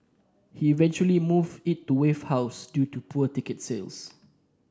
he eventually moved it to Wave House due to poor ticket sales